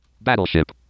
Battleship